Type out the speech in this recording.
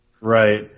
Right